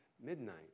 Midnight